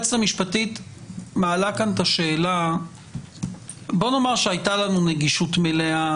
בוא נאמר שהיתה לנו נגישות מלאה,